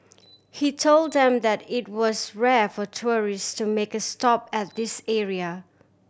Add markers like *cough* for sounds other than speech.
*noise* he told them that it was rare for tourist to make a stop at this area